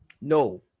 No